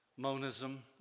Monism